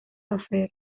afer